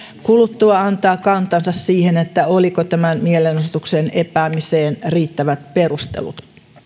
kuluttua antaa kantansa siihen oliko tämän mielenosoituksen epäämiseen riittävät perustelut